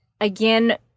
again